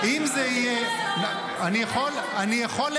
זה לא יכול להיות